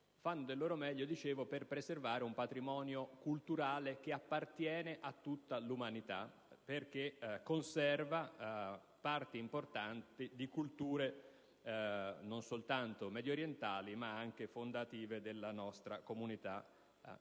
poveri al mondo) per preservare un patrimonio culturale che appartiene a tutta l'umanità poiché conserva parti importanti di culture non soltanto mediorientali, ma anche fondative della nostra comunità